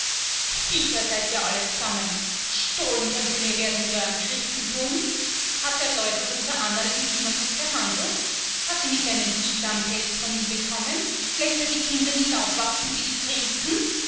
viecher seids ihr alle zusammen gestohlen könnts ihr mir werden mit eurem christentum hat der loisl unser annerl nicht immer gut behandelt hat sie nicht einen bisampelz von ihm bekommen läßt er die kinder nicht aufwachsen wie die prinzen